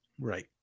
Right